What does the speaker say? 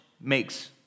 makes